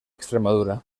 extremadura